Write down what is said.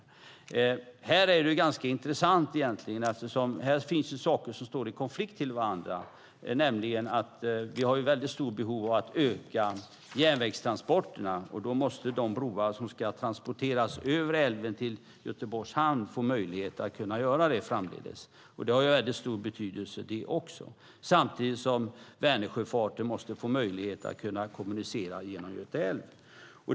Det här är egentligen ganska intressant eftersom här finns saker som står i konflikt med varandra. Vi har ju ett väldigt stort behov av att öka järnvägstransporterna. Då måste det framdeles fungera med de broar som transporterna ska gå på över älven till Göteborgs hamn. Det har också väldigt stor betydelse, samtidigt som Vänersjöfarten måste få möjlighet att kommunicera genom Göta älv.